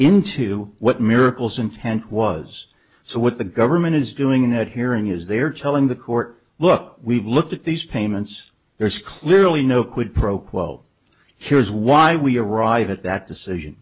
into what miracles intent was so what the government is doing in that hearing is they're telling the court look we've looked at these payments there's clearly no quid pro quo here's why we arrive at that decision